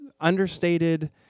understated